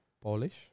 Polish